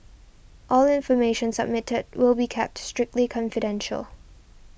all information submitted will be kept strictly confidential